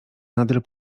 nader